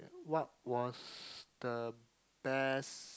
what was the best